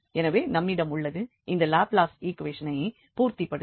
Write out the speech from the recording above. எனவே நம்மிடம் உள்ளது இந்த லாப்ளாஸ் ஈக்குவேஷனை பூர்த்திபடுத்தும்